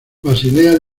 basilea